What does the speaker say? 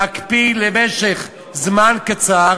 להקפיא למשך זמן קצר